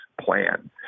plan